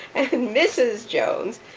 and mrs. jones.